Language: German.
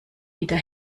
wieder